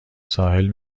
ساحل